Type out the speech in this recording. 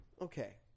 Okay